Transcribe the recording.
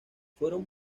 fueron